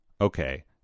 okay